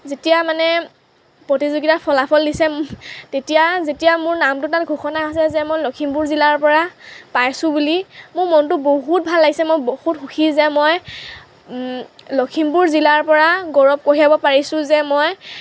যেতিয়া মানে প্ৰতিযোগিতাৰ ফলাফল দিছে তেতিয়া যেতিয়া মোৰ নামটো তাত ঘোষণা হৈছে যে মই লখিমপুৰ জিলাৰ পৰা পাইছোঁ বুলি মোৰ মনটো বহুত ভাল লাগিছে মই বহুত সুখী যে মই লখিমপুৰ জিলাৰ পৰা গৌৰৱ কঢ়িয়াব পাৰিছোঁ যে মই